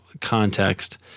context